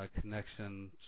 connection